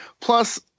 Plus